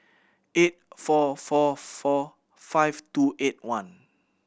eight four four four five two eight one